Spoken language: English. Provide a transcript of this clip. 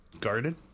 guarded